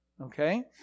okay